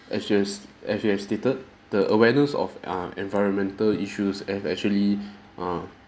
as you have s~ as you have stated the awareness of err environmental issues has actually err